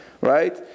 right